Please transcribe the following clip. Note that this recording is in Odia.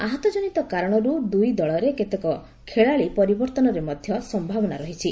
ଆହତଜନିତ କାରଣରୁ ଦୁଇ ଦଳରେ କେତେକ ଖେଳାଳି ପରିବର୍ଭନରେ ମଧ୍ୟ ସମ୍ଭାବନା ରହିଛି